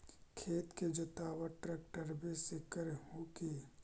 खेत के जोतबा ट्रकटर्बे से कर हू की?